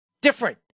Different